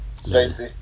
Safety